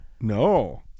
No